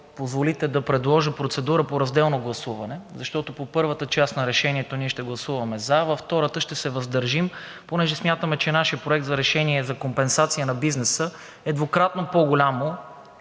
позволите да предложа процедура по разделно гласуване, защото по първата част на решението ние ще гласуваме за, а във втората ще се въздържим, понеже смятаме, че нашият проект за решение за компенсация на бизнеса е двукратно по-голям